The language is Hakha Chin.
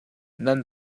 nan